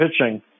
pitching